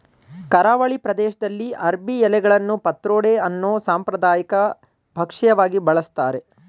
ಕರಾವಳಿ ಪ್ರದೇಶ್ದಲ್ಲಿ ಅರ್ಬಿ ಎಲೆಗಳನ್ನು ಪತ್ರೊಡೆ ಅನ್ನೋ ಸಾಂಪ್ರದಾಯಿಕ ಭಕ್ಷ್ಯವಾಗಿ ಬಳಸ್ತಾರೆ